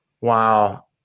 Wow